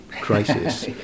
crisis